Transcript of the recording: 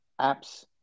apps